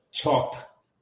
top